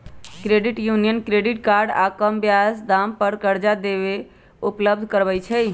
credit union credit card आऽ कम ब्याज दाम पर करजा देहो उपलब्ध करबइ छइ